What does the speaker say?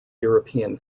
european